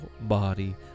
body